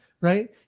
right